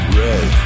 red